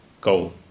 goal